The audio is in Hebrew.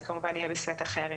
זה כמובן יהיה בסט אחר.